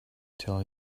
tell